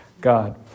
God